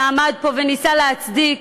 שעמד פה וניסה להצדיק